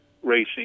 racing